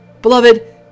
Beloved